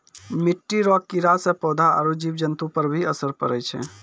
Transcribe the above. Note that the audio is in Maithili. मिट्टी रो कीड़े से पौधा आरु जीव जन्तु पर भी असर पड़ै छै